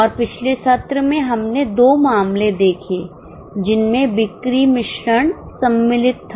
और पिछले सत्र में हमने दो मामले देखें जिनमें बिक्री मिश्रण शामिल था